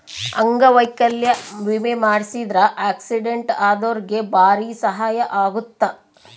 ಅಂಗವೈಕಲ್ಯ ವಿಮೆ ಮಾಡ್ಸಿದ್ರ ಆಕ್ಸಿಡೆಂಟ್ ಅದೊರ್ಗೆ ಬಾರಿ ಸಹಾಯ ಅಗುತ್ತ